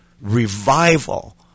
revival